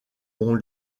ont